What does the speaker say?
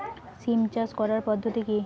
সিম চাষ করার পদ্ধতি কী?